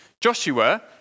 Joshua